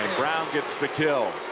brown gets the kill.